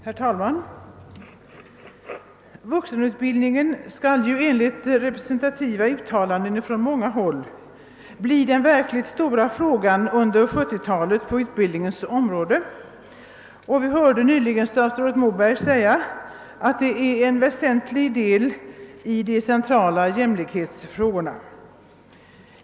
Herr talman! Vuxenutbildningen skall enligt representativa uttalanden från många håll bli den verkligt stora frågan under 1970-talet på utbildningens område. Vi hörde nyligen statsrådet Moberg säga att den också är en väsentlig och central jämlikhetsfråga.